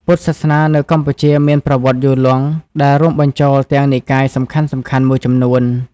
ពុទ្ធសាសនានៅកម្ពុជាមានប្រវត្តិយូរលង់ ដែលរួមបញ្ចូលទាំងនិកាយសំខាន់ៗមួយចំនួន។